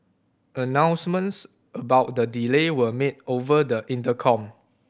announcements about the delay were made over the intercom